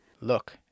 Look